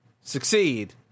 succeed